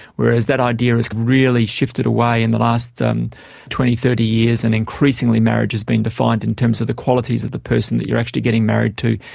whereas that idea has really shifted away in the last um twenty, thirty years, and increasingly marriage has been defined in terms of the qualities of the person that you're actually getting married to,